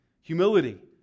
humility